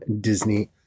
Disney+